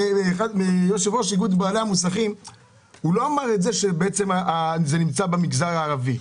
יושב-ראש איגוד בעלי המוסכים לא אמר שזה נמצא במגזר הערבי.